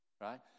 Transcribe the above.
Right